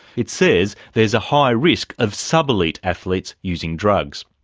it says there is a high risk of sub-elite athletes using drugs.